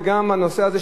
וגם הנושא הזה,